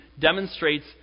demonstrates